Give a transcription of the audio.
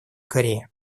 корея